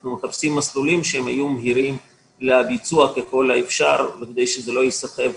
אנחנו מחפשים מסלולים מהירים לביצוע ככל האפשר וכדי שזה לא ייסחב